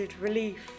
relief